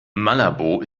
malabo